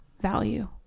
value